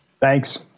Thanks